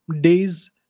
days